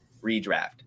Redraft